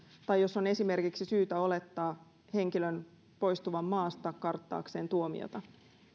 tai jos on esimerkiksi syytä olettaa henkilön poistuvan maasta karttaakseen tuomiota